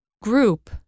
Group